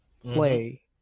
play